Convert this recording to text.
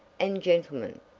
and, gentlemen,